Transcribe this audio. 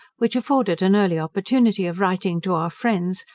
which afforded an early opportunity of writing to our friends,